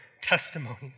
testimonies